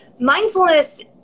mindfulness